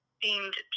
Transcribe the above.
themed